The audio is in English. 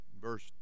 verse